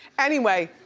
anyway,